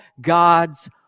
God's